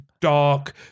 Dark